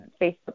Facebook